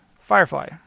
Firefly